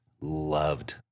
loved